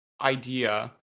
idea